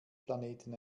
planeten